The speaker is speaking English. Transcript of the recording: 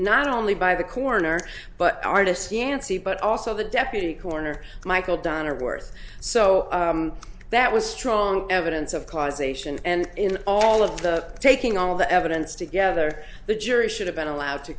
not only by the coroner but artist fiancee but also the deputy coroner michael dunn are worth so that was strong evidence of causation and in all of the taking all of the evidence together the jury should have been allowed to